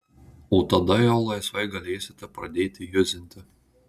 o tada jau laisvai galėsite pradėti juzinti